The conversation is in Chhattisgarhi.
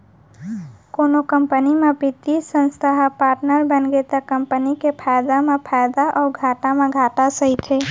कोनो कंपनी म बित्तीय संस्था ह पाटनर बनगे त कंपनी के फायदा म फायदा अउ घाटा म घाटा सहिथे